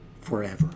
forever